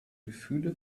gefühle